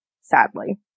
sadly